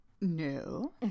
No